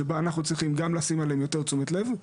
שבה אנחנו צריכים גם לשים עליהם יותר תשומת לב,